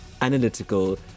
analytical